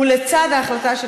ולצד ההחלטה של